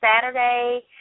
Saturday